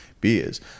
beers